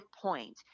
point